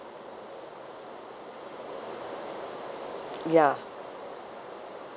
ya